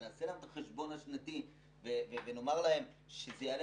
ונעשה להם את החשבון השנתי ונאמר להם שזה יעלה